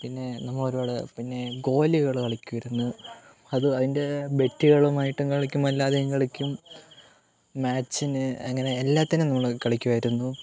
പിന്നെ നമ്മൾ ഒരുപാട് പിന്നെ ഗോലികൾ കളിക്കുവായിരുന്നു അതും അതിന്റേതായ ബെറ്റുകളും ആയിട്ട് കളിക്കും അല്ലാതെയും കളിക്കും മാച്ചിന് അങ്ങനെ എല്ലാത്തിനും നമ്മള് കളിക്കുവായിരുന്നു